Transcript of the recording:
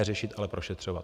Ne řešit, ale prošetřovat.